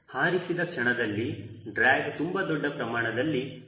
ಹಾರಿಸಿದ ಕ್ಷಣದಲ್ಲಿ ಡ್ರ್ಯಾಗ್ ತುಂಬಾ ದೊಡ್ಡ ಪ್ರಮಾಣದಲ್ಲಿ ತಯಾರಾಗುತ್ತದೆ